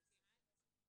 אני מסכימה איתך.